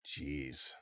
Jeez